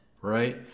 right